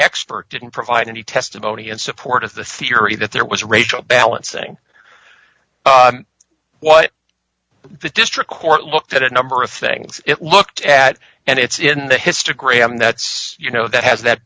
expert didn't provide any testimony in support of the theory that there was racial balancing what the district court looked at a number of things it looked at and it's in the histogram that's you know that has that